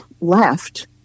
left